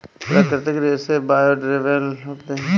प्राकृतिक रेसे बायोडेग्रेडेबल होते है